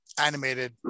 animated